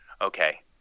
okay